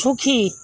সুখী